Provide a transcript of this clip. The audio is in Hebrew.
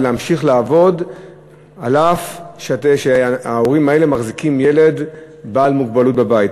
להמשיך לעבוד אף שההורים האלה מחזיקים ילד בעל מוגבלות בבית.